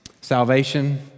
Salvation